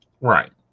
Right